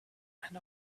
and